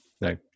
no